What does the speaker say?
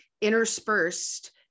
interspersed